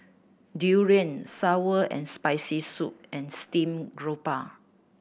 durian sour and Spicy Soup and steamed grouper